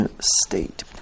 state